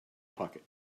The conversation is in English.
pocket